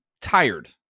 tired